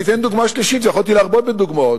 אני אתן דוגמה שלישית, ויכולתי להרבות בדוגמאות.